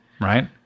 right